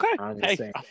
Okay